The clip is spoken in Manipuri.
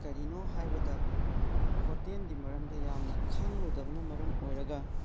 ꯀꯔꯤꯅꯣ ꯍꯥꯏꯕꯗ ꯍꯣꯇꯦꯜꯒꯤ ꯃꯔꯝꯗ ꯌꯥꯝꯅ ꯈꯪꯂꯨꯗꯕꯅ ꯃꯔꯝ ꯑꯣꯏꯔꯒ